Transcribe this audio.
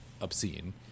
obscene